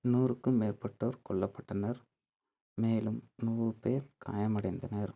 நூறுக்கும் மேற்பட்டோர் கொல்லப்பட்டனர் மேலும் நூறு பேர் காயமடைந்தனர்